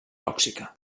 tòxica